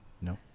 No